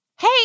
Hey